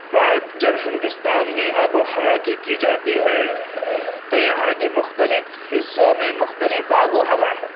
بات جب ہندوستان میں آب و ہوا کی کی جاتی ہے تو یہاں کے مختلف حصوں میں مختلف آب و ہوا ہے